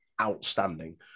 outstanding